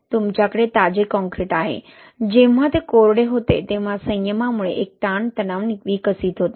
तुमच्याकडे ताजे काँक्रीट आहे जेव्हा ते कोरडे होते तेव्हा संयमामुळे एक ताण तणाव विकसित होतो